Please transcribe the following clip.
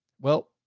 well,